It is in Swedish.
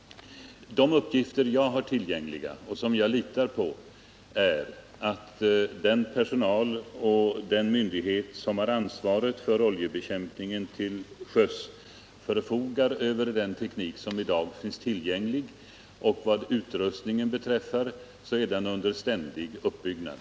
De uppgifter som jag har fått — och som jag litar på — innebär att den personal och den myndighet som har ansvaret för oljebekämpningen till sjöss förfogar över den teknik som i dag finns tillgänglig. Vad utrustningen beträffar är den under ständig uppbyggnad.